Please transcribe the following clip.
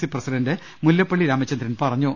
C president Mullappally Ramachandran പറഞ്ഞു